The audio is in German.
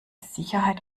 sicherheit